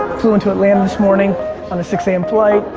flew into atlanta this morning on a six a m. flight,